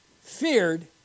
feared